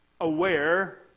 aware